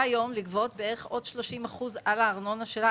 לגבות עוד בערך 30% על הארנונה שלה?